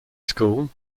school